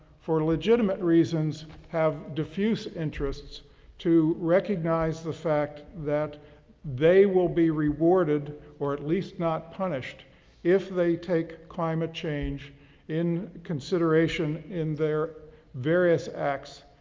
for legitimate reasons have diffuse interests to recognize the fact that they will be rewarded or at least not punished if they take climate change in consideration in their various acts,